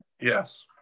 Yes